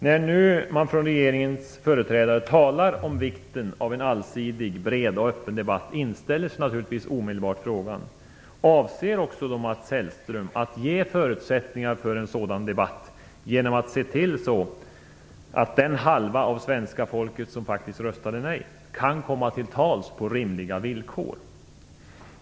När nu regeringens företrädare talar om vikten av en allsidig, bred och öppen debatt, inställer sig naturligtvis omedelbart frågan: Avser då Mats Hellström att ge förutsättningar för en sådan debatt genom att se till att den halva av svenska folket som faktiskt röstade nej kan komma till tals på rimliga villkor?